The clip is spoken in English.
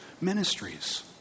Ministries